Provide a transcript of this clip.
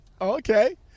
Okay